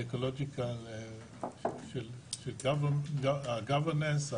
עקרונות של Governance,